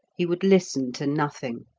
he would listen to nothing.